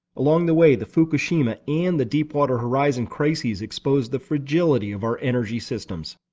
along the way, the fukushima and the deepwater horizon crises exposed the fragility of our energy systems.